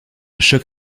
choc